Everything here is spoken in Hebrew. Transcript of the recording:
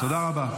תודה רבה.